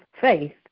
faith